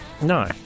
No